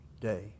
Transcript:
Day